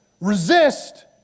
resist